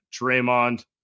Draymond